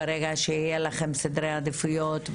ברגע שיהיה לכם סדרי עדיפויות,